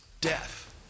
death